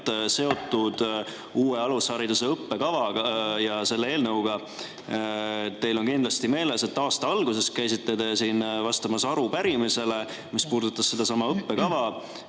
seotud uue alushariduse õppekavaga ja selle eelnõuga. Teil on kindlasti meeles, et aasta alguses käisite te siin vastamas arupärimisele, mis puudutas sedasama õppekava,